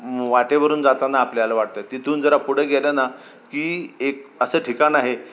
वाटेवरून जाताना आपल्याला वाटतं तिथून जरा पुढे गेलं ना की एक असं ठिकाण आहे